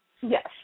Yes